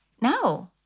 No